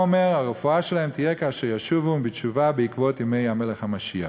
הוא אומר: הרפואה שלהם תהיה כאשר ישובו בתשובה בעקבות ימי המלך המשיח.